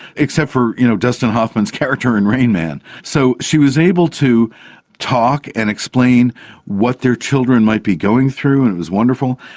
except for you know dustin hoffman's character in rain man. so she was able to talk and explain what their children might be going through, and it was wonderful.